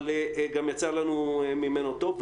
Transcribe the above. אבל גם יצא לנו ממנו טוב.